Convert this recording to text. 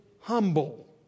humble